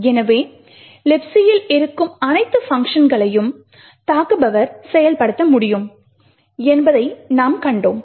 எனவே Libcல் இருக்கும் அனைத்து பங்க்ஷன்களையும் தாக்குபவர் செயல்படுத்த முடியும் என்பதை நாம் கண்டோம்